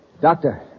Doctor